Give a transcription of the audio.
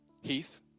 Heath